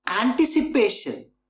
Anticipation